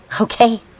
okay